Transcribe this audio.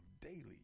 daily